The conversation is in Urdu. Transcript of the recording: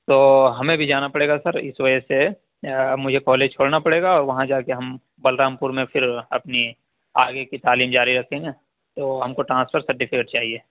تو ہمیں بھی جانا پڑے گا سر اِس وجہ سے مجھے کالج چھوڑنا پڑے گا اور وہاں جا کے ہم بلرام پور میں پھر اپنی آگے کی تعلیم جاری رکھیں گے تو ہم کو ٹرانسفر سرٹیفکٹ چاہیے